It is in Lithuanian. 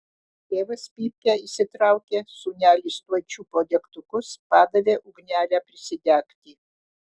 tėvas pypkę išsitraukė sūnelis tuoj čiupo degtukus padavė ugnelę prisidegti